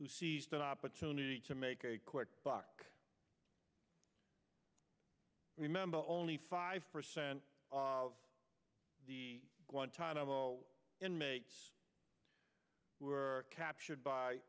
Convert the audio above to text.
who seized the opportunity to make a quick buck remember only five percent of guantanamo inmates were captured by